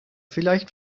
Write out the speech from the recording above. vielleicht